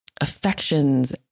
affections